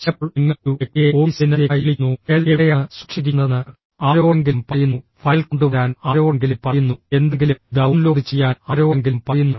ചിലപ്പോൾ നിങ്ങൾ ഒരു വ്യക്തിയെ ഓഫീസ് ദിനചര്യയ്ക്കായി വിളിക്കുന്നു ഫയൽ എവിടെയാണ് സൂക്ഷിച്ചിരിക്കുന്നതെന്ന് ആരോടെങ്കിലും പറയുന്നു ഫയൽ കൊണ്ടുവരാൻ ആരോടെങ്കിലും പറയുന്നു എന്തെങ്കിലും ഡൌൺലോഡ് ചെയ്യാൻ ആരോടെങ്കിലും പറയുന്നു